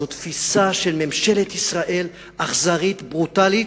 זו תפיסה של ממשלת ישראל אכזרית, ברוטלית.